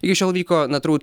iki šiol vyko na turbūt